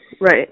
Right